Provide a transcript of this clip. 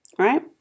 right